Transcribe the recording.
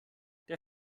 der